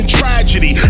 tragedy